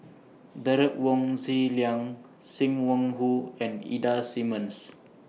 Derek Wong Zi Liang SIM Wong Hoo and Ida Simmons